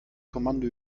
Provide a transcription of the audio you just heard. kommando